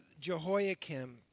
Jehoiakim